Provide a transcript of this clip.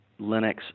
Linux